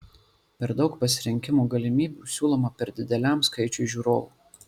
per daug pasirinkimo galimybių siūloma per dideliam skaičiui žiūrovų